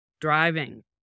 driving